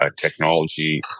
technology